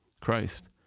Christ